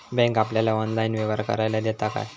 Bank आपल्याला online व्यवहार करायला देता काय?